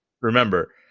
Remember